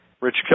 Rich